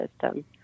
system